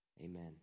amen